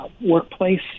workplace